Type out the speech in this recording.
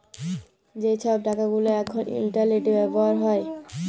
যে ছব টাকা গুলা এখল ইলটারলেটে ব্যাভার হ্যয়